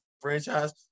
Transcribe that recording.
franchise